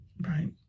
right